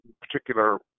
particular